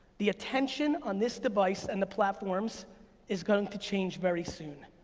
the attention on this device and the platforms is going to change very soon.